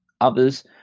others